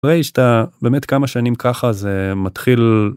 תראי כשאתה באמת כמה שנים ככה זה מתחיל...